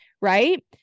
Right